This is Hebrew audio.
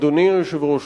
אדוני היושב-ראש,